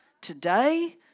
today